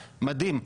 מדהים.